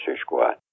Squad